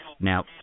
Now